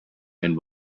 and